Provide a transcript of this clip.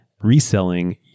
reselling